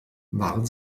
waren